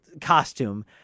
costume